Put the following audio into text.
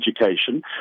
education